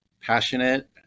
passionate